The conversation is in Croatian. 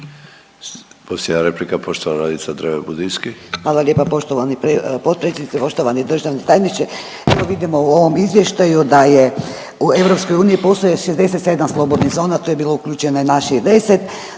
Posljednja replika poštovana Nadica Dreven Budinski.